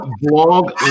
Blog